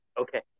Okay